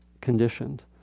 conditioned